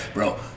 Bro